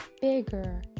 bigger